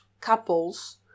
couples